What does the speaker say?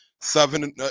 seven